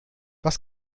was